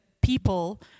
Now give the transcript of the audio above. people